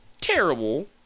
terrible